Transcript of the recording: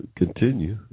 continue